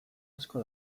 asko